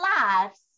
lives